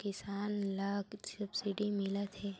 किसान ल सब्सिडी मिलत हे